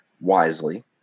wisely